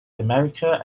america